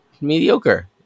mediocre